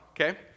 okay